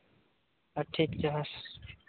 ᱟᱨ ᱴᱷᱤᱠ ᱡᱚᱦᱟᱨ